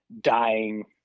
dying